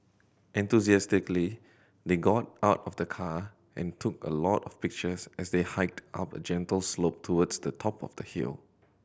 enthusiastically they got out of the car and took a lot of pictures as they hiked up a gentle slope towards the top of the hill